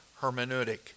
hermeneutic